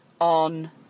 on